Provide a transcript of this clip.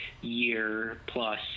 year-plus